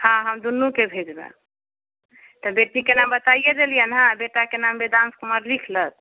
हँ हम दूनूके भेजबनि तऽ बेटीके नाम बताइए देलिअनि हँ बेटाके नाम वेदांत कुमार लिख लथि